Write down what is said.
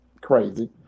crazy